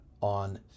on